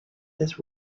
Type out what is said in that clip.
this